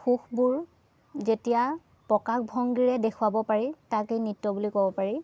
সুখবোৰ যেতিয়া প্ৰকাশভংগীৰে দেখুৱাব পাৰি তাকে নৃত্য বুলি ক'ব পাৰি